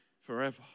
forever